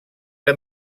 que